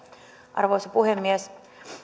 arvoisa puhemies